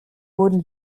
wurden